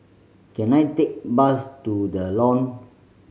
can I take bus to The Lawn